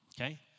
Okay